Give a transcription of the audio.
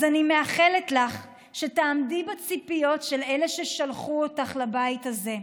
אז אני מאחלת לך שתעמדי בציפיות של אלה ששלחו אותך לבית הזה,